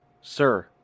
Sir